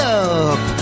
up